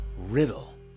riddle